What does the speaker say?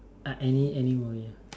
uh any any movie ya